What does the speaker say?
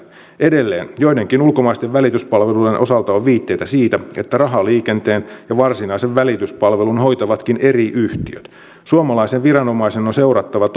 edelleen joidenkin ulkomaisten välityspalveluiden osalta on viitteitä siitä että rahaliikenteen ja varsinaisen välityspalvelun hoitavatkin eri yhtiöt suomalaisen viranomaisen on seurattava